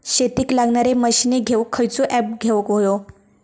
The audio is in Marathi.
शेतीक लागणारे मशीनी घेवक खयचो ऍप घेवक होयो?